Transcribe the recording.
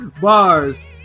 Bars